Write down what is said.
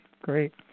Great